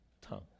tongue